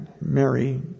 Mary